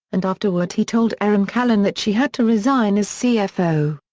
and afterward he told erin callan that she had to resign as cfo.